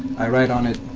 i write on it,